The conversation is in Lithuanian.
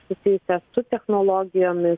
susijusią su technologijomis